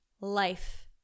life